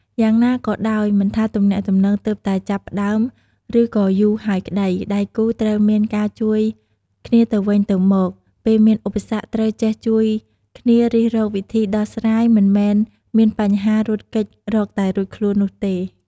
យ៉ាងណាកីដោយមិនថាទំនាក់ទំនងទើបតែចាប់ផ្តើមឬក៏យូរហើយក្តី ដៃគូរត្រូវមានការជួយគ្នាទៅវិញទៅមក ពេលមានឧបសគ្គត្រូវចេះជួយគ្នារិះរកវិធីដោះស្រាយមិនមែនមានបញ្ហារត់គេចរកតែរួចខ្លួននោះទេ។